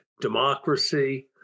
democracy